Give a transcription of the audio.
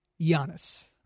Giannis